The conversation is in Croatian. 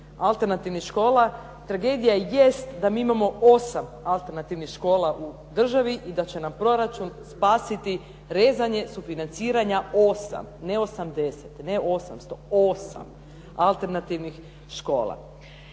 alternativnih škola. Tragedija jest da mi imamo 8 alternativnih škola u državi i da će nam država spasiti rezanje sufinanciranja 8, ne 80, ne 800. Osam alternativnih škola.